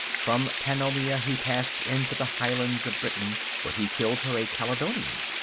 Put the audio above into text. from pannonia he passed into the highlands of britain, where he killed her a caledonian.